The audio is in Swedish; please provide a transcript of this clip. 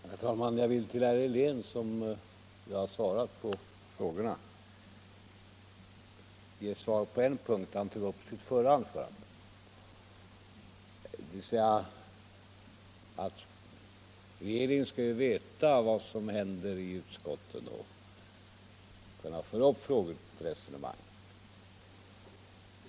Herr talman! Jag vill till herr Helén, som ju har svarat på frågorna, ge svar på en punkt som han tog upp i sitt förra anförande. Han sade att regeringen skall veta vad som händer i utskotten och kunna ta upp frågor till resonemang.